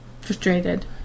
Frustrated